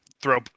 throw